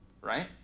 right